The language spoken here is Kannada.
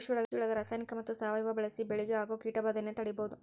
ಕೃಷಿಯೊಳಗ ರಾಸಾಯನಿಕ ಮತ್ತ ಸಾವಯವ ಬಳಿಸಿ ಬೆಳಿಗೆ ಆಗೋ ಕೇಟಭಾದೆಯನ್ನ ತಡೇಬೋದು